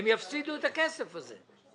הם יפסידו את הכסף הזה.